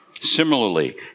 Similarly